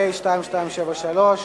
פ/2273.